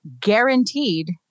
guaranteed